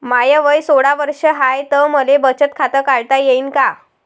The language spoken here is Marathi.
माय वय सोळा वर्ष हाय त मले बचत खात काढता येईन का?